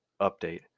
update